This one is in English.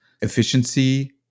efficiency